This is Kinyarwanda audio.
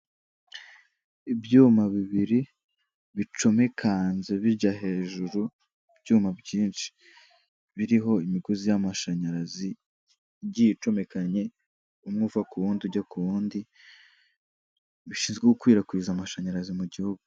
Ibyuma bibiri bicomekanze bijya hejuru, ibyuma byinshi biriho imigozi y'amashanyarazi igiye icomekanye umwe uva ku wundi ujya ku wundi, bishinzwe gukwirakwiza amashanyarazi mu gihugu.